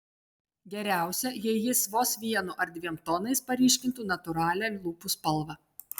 geriausia jei jis vos vienu ar dviem tonais paryškintų natūralią lūpų spalvą